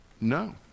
No